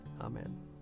Amen